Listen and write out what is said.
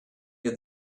had